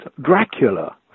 Dracula